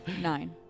Nine